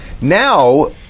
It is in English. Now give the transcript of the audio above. Now